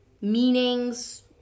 meanings